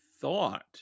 thought